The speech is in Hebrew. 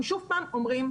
אנחנו שוב פעם אומרים,